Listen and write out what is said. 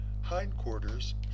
hindquarters